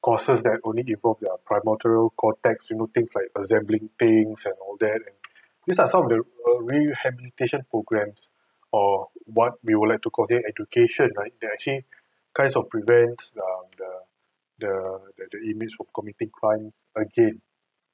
courses that only involve their premotorial cortex you know things like assembling things and all that and these are some of the rehabilitation programmes or what we would like to call their education that actually kind of prevents um the the the inmates from committing crime again